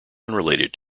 unrelated